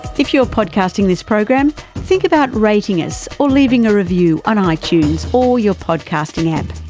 if you're podcasting this program, think about rating us or leaving a review on um itunes or your podcasting app.